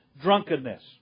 drunkenness